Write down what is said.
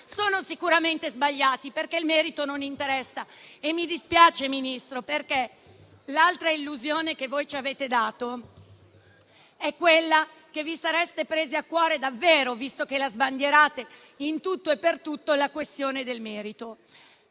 sono sicuramente sbagliati, perché il merito non interessa. Mi dispiace, signor Ministro, perché l'altra illusione che voi ci avete dato è quella che vi sareste presi a cuore davvero, visto che la sbandierate in tutto e per tutto, la questione del merito.